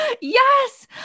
Yes